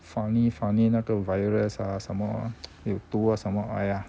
funny funny 那个 virus ah 什么有毒什么 !aiya!